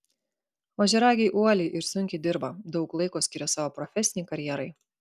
ožiaragiai uoliai ir sunkiai dirba daug laiko skiria savo profesinei karjerai